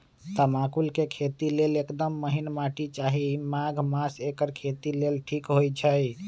तमाकुल के खेती लेल एकदम महिन माटी चाहि माघ मास एकर खेती लेल ठीक होई छइ